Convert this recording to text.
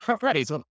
right